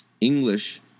English